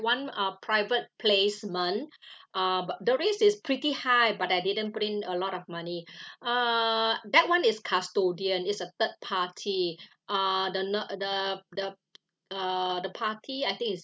one uh private placement uh but the risk is pretty high but I didn't put in a lot of money err that [one] is custodian it's a third party uh the the the uh the party I think is